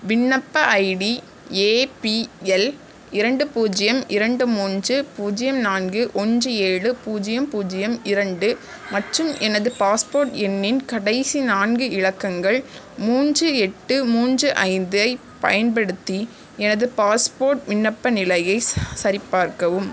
விண்ணப்ப ID APL இரண்டு பூஜ்ஜியம் இரண்டு மூன்று பூஜ்ஜியம் நான்கு ஒன்று ஏழு பூஜ்ஜியம் பூஜ்ஜியம் இரண்டு மற்றும் எனது பாஸ்போர்ட் எண்ணின் கடைசி நான்கு இலக்கங்கள் மூன்று எட்டு மூன்று ஐந்தைப் பயன்படுத்தி எனது பாஸ்போர்ட் விண்ணப்ப நிலையை ச சரிபார்க்கவும்